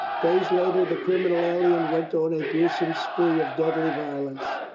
days later, the criminal alien went on a gruesome spree of deadly violence.